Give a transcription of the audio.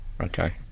Okay